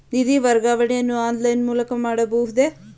ನಿಧಿ ವರ್ಗಾವಣೆಯನ್ನು ಆನ್ಲೈನ್ ಮೂಲಕವೇ ಮಾಡಬಹುದೇ?